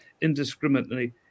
indiscriminately